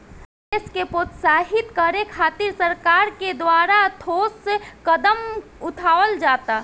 निवेश के प्रोत्साहित करे खातिर सरकार के द्वारा ठोस कदम उठावल जाता